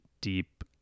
deep